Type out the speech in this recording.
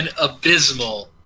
abysmal